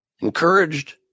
encouraged